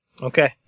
Okay